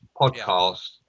podcast